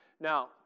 Now